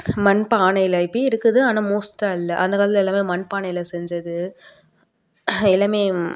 மண்பானையில் இப்பயும் இருக்குது ஆனால் மோஸ்ட்டாக இல்லை அந்த காலத்தில் எல்லாம் மண் பானையில் செஞ்சது எல்லாம்